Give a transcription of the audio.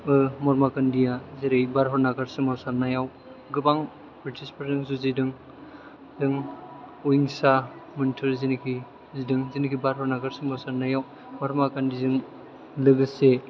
महात्मा गान्धीया जेरै भारत नागार सोमावसारनायाव गोबां बृटिसफोरजों जुजिदों अहिंसा मोनथोर जिनाखि भारत नागार सोमावसारनायाव माहात्मा गान्धीजों लोगोसे